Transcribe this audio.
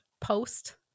post